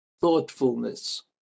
thoughtfulness